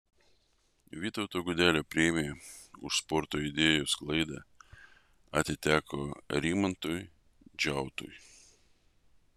vytauto gudelio premija už sporto idėjų sklaidą atiteko rimantui džiautui